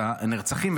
את הנרצחים,